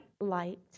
light